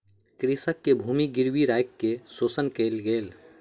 कृषक के भूमि गिरवी राइख के शोषण कयल गेल